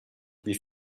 wie